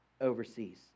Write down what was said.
overseas